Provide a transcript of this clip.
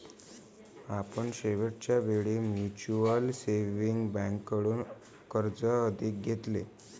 आपण शेवटच्या वेळी म्युच्युअल सेव्हिंग्ज बँकेकडून कर्ज कधी घेतले?